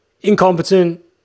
incompetent